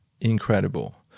incredible